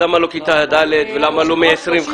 אז למה לא כיתה ד' ולמה לא מ-25.